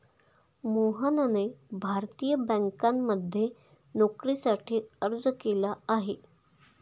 मोहनने भारतीय बँकांमध्ये नोकरीसाठी अर्ज केला आहे